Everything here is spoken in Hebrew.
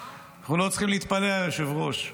היושב-ראש.